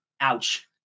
Ouch